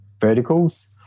verticals